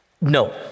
No